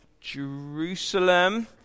Jerusalem